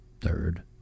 third